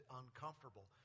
uncomfortable